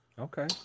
okay